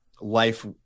life